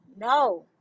No